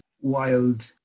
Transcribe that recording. wild